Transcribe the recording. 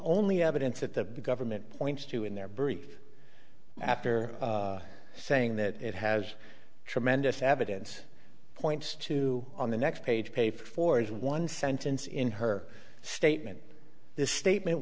only evidence that the government points to in their brief after saying that it has tremendous evidence points to on the next page paper for is one sentence in her statement this statement